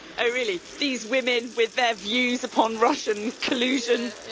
i really, these women with their views on russian collusion.